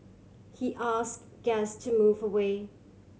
he asked guest to move away